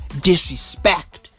disrespect